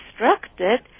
constructed